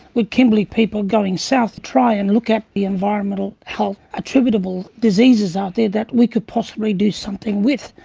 with kimberley people going south to try and look at the environmental health attributable diseases out there that we could possibly do something with.